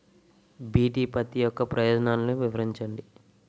BT పత్తి యొక్క ప్రయోజనాలను వివరించండి?